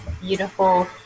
beautiful